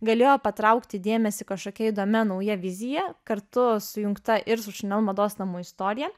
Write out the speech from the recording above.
galėjo patraukti dėmesį kažkokia įdomia nauja vizija kartu sujungta ir su chanel mados namų istorija